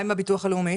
מה עם הביטוח הלאומי?